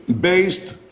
based